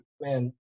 man